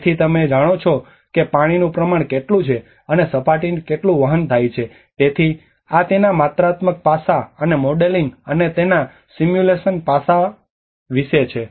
તેથી તમે જાણો છો કે પાણીનું પ્રમાણ કેટલું છે અને સપાટીનું કેટલું વહન થાય છે તેથી આ તેનાં માત્રાત્મક પાસા અને મોડેલિંગ અને તેના સિમ્યુલેશન પાસા વિશે છે